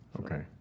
Okay